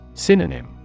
Synonym